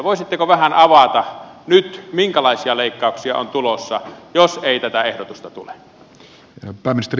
voisitteko vähän avata nyt minkälaisia leikkauksia on tulossa jos ei tätä ehdotusta tule